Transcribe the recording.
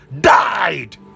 died